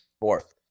fourth